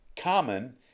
Common